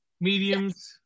mediums